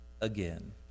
again